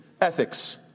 ethics